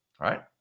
Right